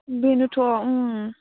बेनोथ' ओं